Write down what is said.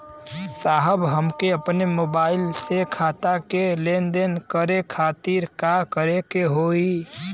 साहब हमके अपने मोबाइल से खाता के लेनदेन करे खातिर का करे के होई?